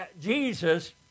Jesus